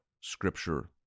Scripture